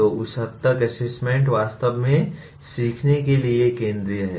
तो उस हद तक असेसमेंट वास्तव में सीखने के लिए केंद्रीय है